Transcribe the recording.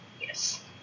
Yes